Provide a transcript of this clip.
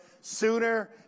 sooner